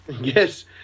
Yes